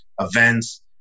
events